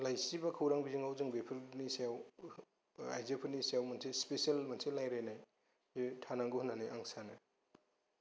लाइसि बा खौरां बिजोङाव जों बेफोरनि सायाव आइजोफोरनि सायाव स्पेसियेल मोनसे लायरायनाय बे थानांगौ होननानै आं सानो